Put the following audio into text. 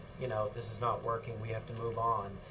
you know, this is not working, we have to move on.